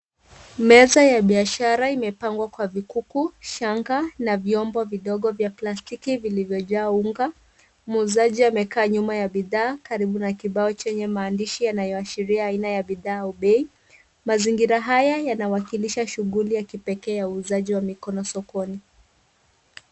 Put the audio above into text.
Meza ya biashara imepangwa kwa vikuku, shanga na vyombo vidogo vya plastiki vilivyojaa unga. Muuzaji amekaa nyuma ya bidhaa karibu na kibao chenye maandishi yanayoashiria aina ya bidhaa au bei. Mazingira haya yanawakilisha shughuli ya kipekee ya uuzaji wa mikono sokoni.